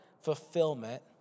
fulfillment